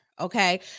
Okay